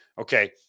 okay